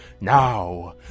Now